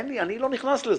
אני לא נכנס לזה.